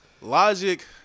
Logic